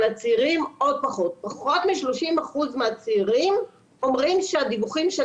פחות מ-30% מהצעירים אומרים שהדיווחים של